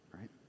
Right